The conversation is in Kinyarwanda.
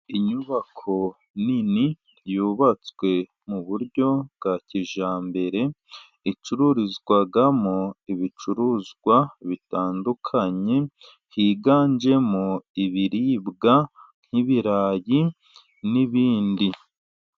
Inyubako nini yubatswe mu buryo bwa kijyambere, icururizwamo ibicuruzwa bitandukanye higanjemo ibiribwa nk'ibirayi n'ibindi.